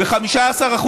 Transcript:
ב-15%.